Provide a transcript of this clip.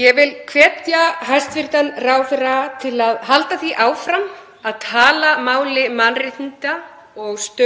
Ég vil hvetja hæstv. ráðherra til að halda því áfram að tala máli mannréttinda og